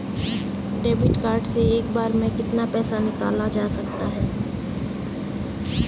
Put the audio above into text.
Debit card से एक बार में कितना पैसा निकाला जा सकता है?